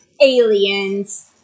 aliens